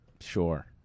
Sure